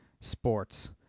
sports